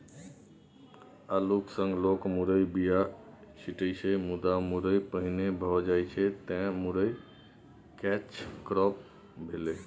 अल्लुक संग लोक मुरयक बीया छीटै छै मुदा मुरय पहिने भए जाइ छै एतय मुरय कैच क्रॉप भेलै